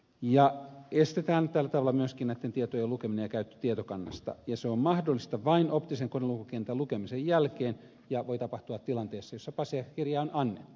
tällä tavalla estetään myöskin näitten tietojen lukeminen ja käyttö tietokannasta ja se on mahdollista vain optisen konelukukentän lukemisen jälkeen ja voi tapahtua tilanteessa jossa passiasiakirja on annettu